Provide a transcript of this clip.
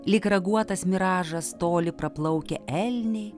lyg raguotas miražas toly praplaukia elniai